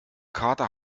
kater